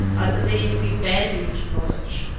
i believe we valued knowledge,